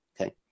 Okay